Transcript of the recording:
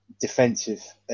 defensive